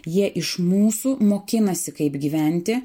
jie iš mūsų mokinasi kaip gyventi